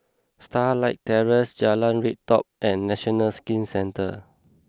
Starlight Terrace Jalan Redop and National Skin Centre